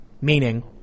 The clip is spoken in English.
meaning